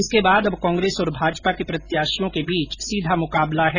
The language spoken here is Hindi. इसके बाद अब कांग्रेस और भाजपा के प्रत्याशियों के बीच सीधा मुकाबला है